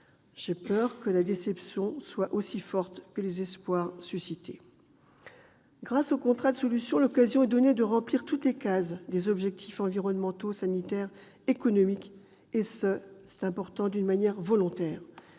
J'ai peur que la déception ne soit aussi forte que les espoirs suscités. Grâce au « contrat de solutions », l'occasion est donnée de remplir toutes les cases des objectifs environnementaux, sanitaires et économiques, et ce- c'est important -de manière volontaire